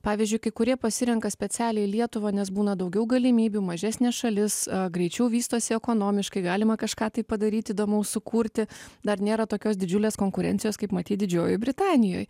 pavyzdžiui kai kurie pasirenka specialiai lietuvą nes būna daugiau galimybių mažesnė šalis greičiau vystosi ekonomiškai galima kažką tai padaryt įdomaus sukurti dar nėra tokios didžiulės konkurencijos kaip matyt didžiojoj britanijoj